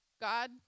God